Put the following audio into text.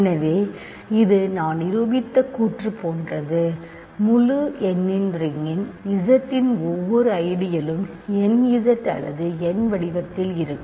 எனவே இது நான் நிரூபித்த கூற்று போன்றது முழு எண்ணின் ரிங்கின் Z இன் ஒவ்வொரு ஐடியழும் nZ அல்லது n வடிவத்தில் இருக்கும்